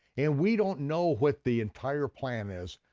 and we don't know what the entire plan is,